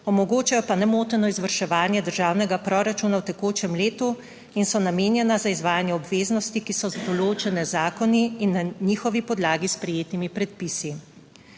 omogočajo pa nemoteno izvrševanje državnega proračuna v tekočem letu in so namenjena za izvajanje obveznosti, ki so določene z zakoni in na njihovi podlagi s sprejetimi predpisi.